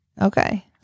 Okay